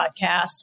podcasts